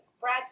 Brad